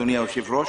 אדוני היושב-ראש,